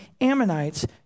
Ammonites